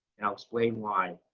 and i'll explain why.